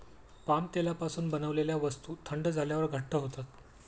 palm तेलापासून बनवलेल्या वस्तू थंड झाल्यावर घट्ट होतात